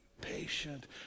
patient